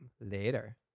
later